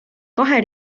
kahe